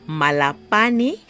malapani